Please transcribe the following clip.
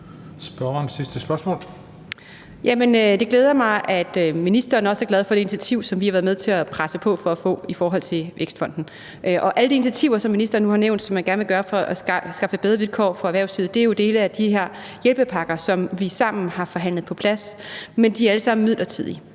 det glæder mig, at ministeren også er glad for det initiativ, som vi har været med til at presse på for at få i forhold til Vækstfonden. Alle de initiativer, som ministeren nu har nævnt, og som man gerne vil lave for at skaffe bedre vilkår for erhvervslivet, er jo dele af de her hjælpepakker, som vi sammen har forhandlet på plads. Men de er alle sammen midlertidige.